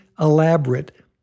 elaborate